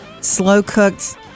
slow-cooked